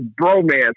bromance